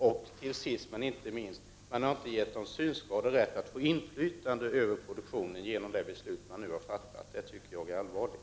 Sist, men inte minst, har man genom det beslut man nu har fattat inte givit de synskadade rätt till inflytande över produktionen. Det tycker jag är allvarligt.